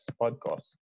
podcast